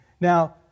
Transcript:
Now